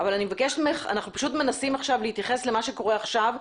אבל אנחנו מנסים עכשיו להתייחס למה שקורה עכשיו.